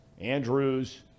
Andrews